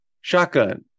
Shotgun